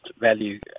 value